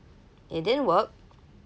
it didn't work